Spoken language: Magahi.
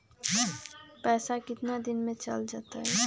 पैसा कितना दिन में चल जतई?